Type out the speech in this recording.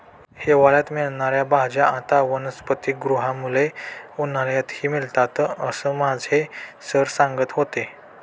हिवाळ्यात मिळणार्या भाज्या आता वनस्पतिगृहामुळे उन्हाळ्यातही मिळतात असं माझे सर सांगत होते